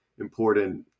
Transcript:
important